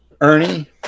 Ernie